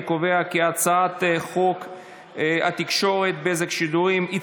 אני קובע כי הצעת חוק התקשורת (בזק ושידורים) (תיקון מס' 76),